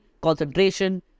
concentration